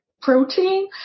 protein